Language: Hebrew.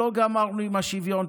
שלא גמרנו עם השוויון.